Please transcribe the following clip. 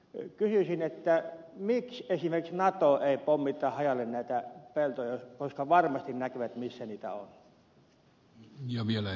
kysyisin miksi esimerkiksi nato ei pommita hajalle näitä peltoja koska varmasti nähdään missä niitä on